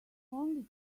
only